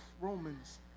Romans